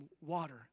water